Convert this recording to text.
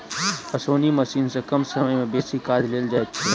ओसौनी मशीन सॅ कम समय मे बेसी काज लेल जाइत छै